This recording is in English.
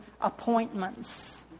appointments